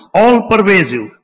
all-pervasive